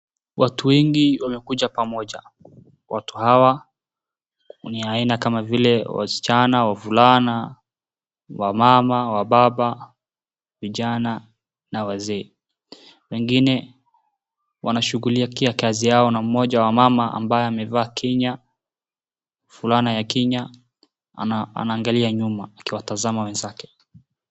Watu wengi wamekuja pamoja. Watu hawa ni aina kama vile wasichana, wavulana, wamama, wababa, vijana na wazee. Wengine wanashughulikia kazi yao na mmoja wa wamama ambaye amevaa fulana ya kinya anaangalia nyuma akiwatazama wenzake.